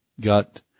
got